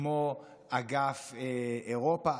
כמו אגף אירופה,